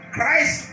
Christ